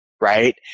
right